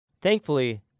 Thankfully